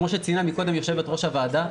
כמו שציינה קודם יושבת-ראש הוועדה,